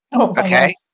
Okay